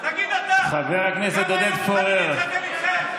חבר הכנסת עודד פורר,